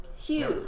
Huge